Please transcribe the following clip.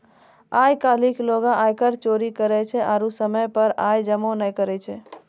आइ काल्हि लोगें आयकर चोरी करै छै आरु समय पे आय कर जमो नै करै छै